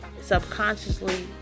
subconsciously